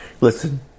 Listen